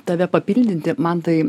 tave papildyti man tai